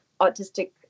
autistic